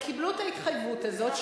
הם קיבלו את ההתחייבות הזאת,